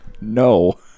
No